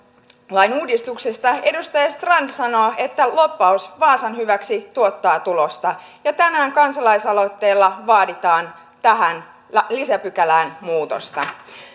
uudistuksesta edustaja strand sanoi että lobbaus vaasan hyväksi tuottaa tulosta ja tänään kansalaisaloitteella vaaditaan tähän lisäpykälään muutosta